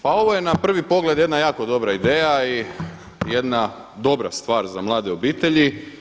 Pa ovo je na prvi pogled jedna jako dobra ideja i jedna dobra stvar za mlade obitelji.